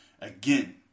Again